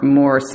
more